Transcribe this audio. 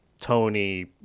Tony